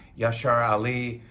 yashar ali,